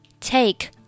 take